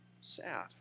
sad